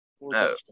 No